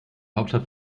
hauptstadt